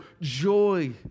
joy